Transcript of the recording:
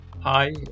Hi